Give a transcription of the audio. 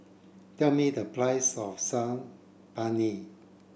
tell me the price of Saag Paneer